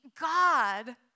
God